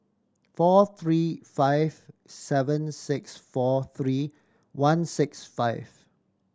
four three five seven six four three one six five